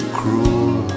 cruel